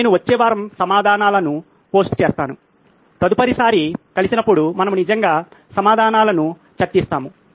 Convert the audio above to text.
నేను వచ్చే వారం సమాధానాలను పోస్ట్ చేస్తాను తదుపరిసారి కలిసినప్పుడు మనము నిజంగా సమాధానాలను చర్చిస్తాము